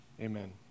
amen